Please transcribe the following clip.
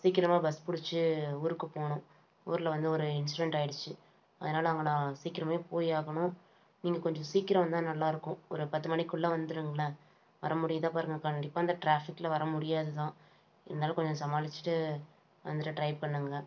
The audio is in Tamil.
சீக்கிரமாக பஸ் பிடிச்சி ஊருக்கு போகணும் ஊரில் வந்து ஒரு இன்சிடென்ட் ஆயிடுச்சு அதனால நான் அங்கே சீக்கிரமே போய் ஆகணும் நீங்கள் கொஞ்சம் சீக்கிரம் வந்தால் நல்லா இருக்கும் ஒரு பத்து மணிக்குள்ளே வந்துடுங்களேன் வர முடியுதா பாருங்க கண்டிப்பாக அந்த டிராஃபிக்கில் வரமுடியாது தான் இருந்தாலும் கொஞ்சம் சமாளிச்சிட்டு வந்துவிட்டு ட்ரை பண்ணுங்க